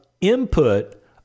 input